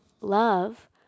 love